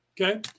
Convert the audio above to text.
Okay